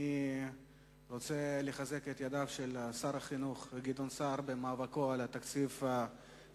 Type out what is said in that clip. אני רוצה לחזק את ידיו של שר החינוך גדעון סער במאבקו על תקציב החינוך.